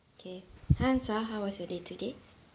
okay hi hamza how was your day today